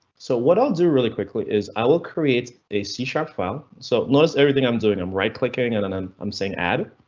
so what i'll do really quickly is i will create a c sharp file so notice everything i'm doing. i'm right clicking and and i'm i'm saying add.